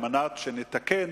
על מנת שנתקן